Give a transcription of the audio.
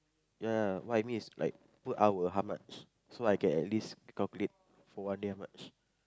ya ya what I mean is like per hour how much so like I can at least calculate for one day how much